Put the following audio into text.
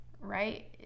right